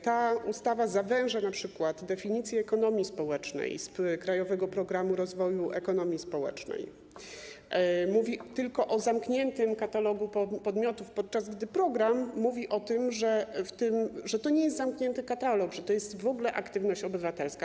Ta ustawa zawęża np. definicję ekonomii społecznej z Krajowego Programu Rozwoju Ekonomii Społecznej: mówi tylko o zamkniętym katalogu podmiotów, podczas gdy program mówi o tym, że to nie jest zamknięty katalog, że to jest w ogóle aktywność obywatelska.